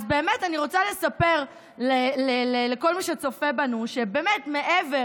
אז באמת אני רוצה לספר לכל מי שצופה בנו שבאמת מעבר